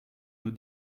nos